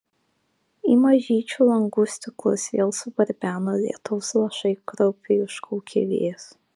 į mažyčių langų stiklus vėl subarbeno lietaus lašai kraupiai užkaukė vėjas